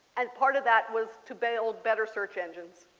and part of that was to build better search engines